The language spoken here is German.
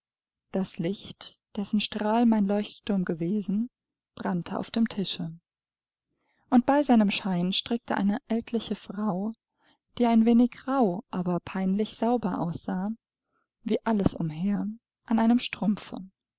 das licht dessen strahl mein leuchtturm gewesen brannte auf dem tische und bei seinem schein strickte eine ältliche frau die ein wenig rauh aber peinlich sauber aussah wie alles umher an einem